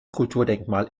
kulturdenkmal